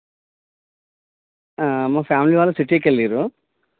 దాని పైన రిక్వెష్ట్మెంట్ ఏం ఇస్తారండి ఎగ్గు బాయిల్డ్ ఎగ్గు అట్లాంటివేమన్నా వస్తుందా